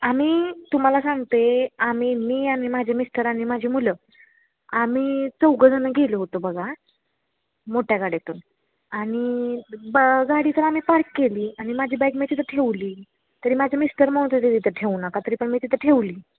आम्ही तुम्हाला सांगते आम्ही मी आणि माझे मिस्टर आणि माझी मुलं आम्ही चौघंजणं गेलो होतो बघा मोठ्या गाड्यातून आणि ब गाडी तर आम्ही पार्क केली आणि माझी बॅग मी तिथं ठेवली तरी माझ्या मिस्टर म्हणत होते तरी तिथं ठेवू नका तरी पण मी तिथं ठेवली